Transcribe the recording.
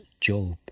Job